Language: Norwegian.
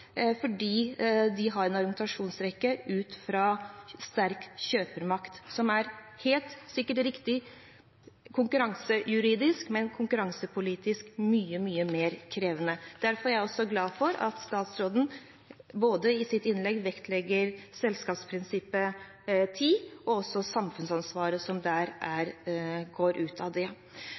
fordi de har en argumentasjonsrekke ut fra sterk kjøpermakt som helt sikkert er riktig konkurransejuridisk, men konkurransepolitisk mye, mye mer krevende. Derfor er jeg også glad for at statsråden i sitt innlegg vektlegger både prinsipp nr. 10 for god eierstyring og samfunnsansvaret som går ut av